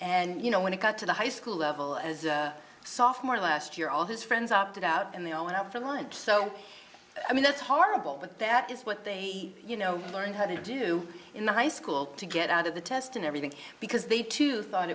and you know when it got to the high school level as software last year all his friends opted out and they all went up for a month so i mean that's horrible but that is what they you know learn how to do in the high school to get out of the test and everything because they too